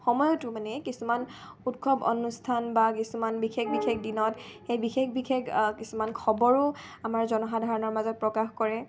সময়তো মানে কিছুমান উৎসৱ অনুষ্ঠান বা কিছুমান বিশেষ বিশেষ দিনত সেই বিশেষ বিশেষ কিছুমান খবৰো আমাৰ জনসাধাৰণৰ মাজত প্ৰকাশ কৰে